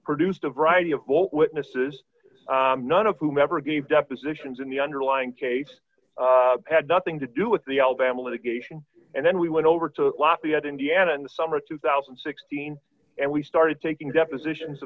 produced a variety of what witnesses none of whom ever gave depositions in the underlying case had nothing to do with the alabama litigation and then we went over to lafayette indiana in the summer of two thousand and sixteen and we started taking depositions